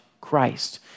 Christ